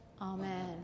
amen